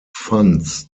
funds